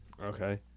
Okay